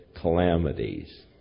calamities